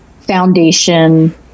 Foundation